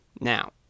Now